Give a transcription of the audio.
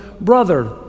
brother